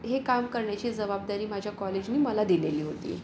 हे काम करण्याची जबाबदारी माझ्या कॉलेजने मला दिलेली होती